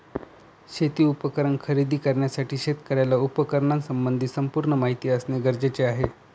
शेती उपकरण खरेदी करण्यासाठी शेतकऱ्याला उपकरणासंबंधी संपूर्ण माहिती असणे गरजेचे आहे